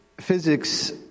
physics